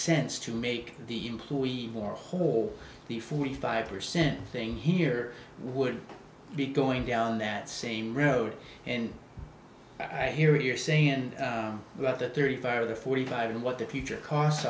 sense to make the employee more whole the forty five percent thing here would be going down that same road and i hear you're saying that thirty five of the forty five and what the future costs